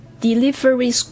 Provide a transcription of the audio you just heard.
delivery